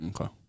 Okay